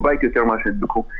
בבית יותר מאשר נדבקו במוסד החינוך,